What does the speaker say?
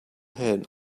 head